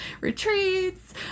retreats